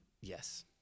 Yes